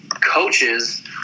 coaches